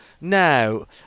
Now